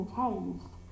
changed